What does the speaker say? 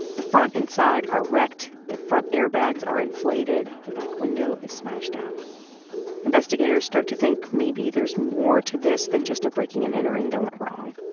the front and side are wrecked. the front airbags are inflated. the back window is smashed out investigators start to think maybe there's more to this than just a breaking and entering that went wrong.